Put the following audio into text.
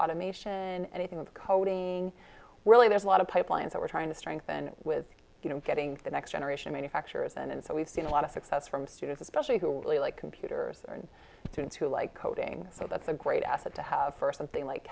automation anything with coding really there's a lot of pipelines that we're trying to strengthen with you know getting the next generation manufacturers and so we've seen a lot of success from students especially who really like computers aren't going to like coding so that's a great asset to have for something like